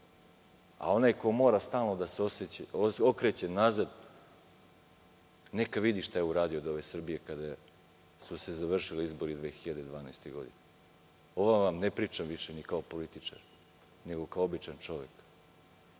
a onaj ko mora da se stalno okreće nazad neka vidi šta je uradio od ove Srbije kada su se završili izbori 2012. godine. Ovo vam ne pričam više ni kao političar nego kao običan čovek,